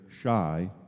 shy